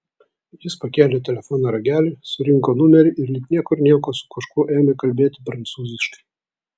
jis pakėlė telefono ragelį surinko numerį ir lyg niekur nieko su kažkuo ėmė kalbėti prancūziškai